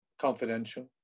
confidential